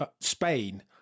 Spain